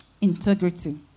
Integrity